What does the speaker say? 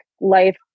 life